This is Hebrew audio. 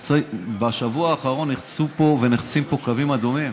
שבשבוע האחרון נחצו פה ונחצים פה קווים אדומים.